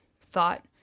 thought